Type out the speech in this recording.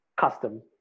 custom